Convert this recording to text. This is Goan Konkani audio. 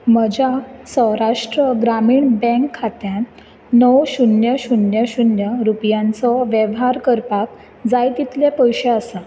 म्हज्या सौराष्ट्र ग्रामीण बँक खात्यांत णव शुन्य शुन्य शुन्य रुपयांचो वेव्हार करपाक जाय तितले पयशें आसा